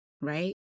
right